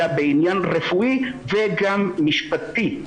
אלא בעניין רפואי וגם משפטי.